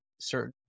certain